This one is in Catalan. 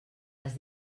les